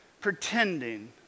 pretending